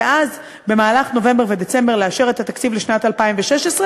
ואז במהלך נובמבר ודצמבר לאשר את התקציב לשנת 2016,